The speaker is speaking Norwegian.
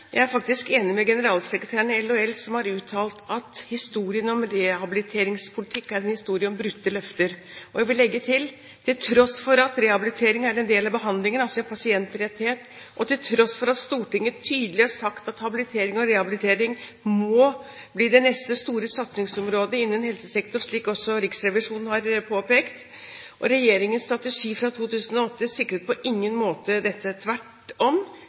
faktisk enig med generalsekretæren i LHL som har uttalt at historien om rehabiliteringspolitikk er en historie om brutte løfter. Jeg vil legge til: Til tross for at rehabiliteringen er en del av behandlingen, altså en pasientrettighet, og til tross for at Stortinget tydelig har sagt at habilitering og rehabilitering må bli det neste store satsingsområdet innen helsesektoren – slik også Riksrevisjonen har påpekt – sikrer regjeringens strategi fra 2008 på ingen måte dette, tvert om.